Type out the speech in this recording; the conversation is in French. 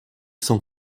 s’en